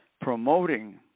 promoting